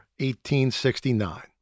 1869